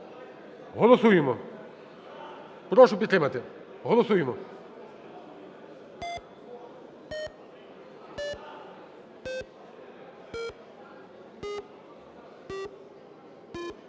Голосуємо. Прошу підтримати. Голосуємо.